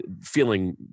feeling